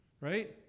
right